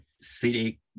city